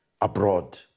abroad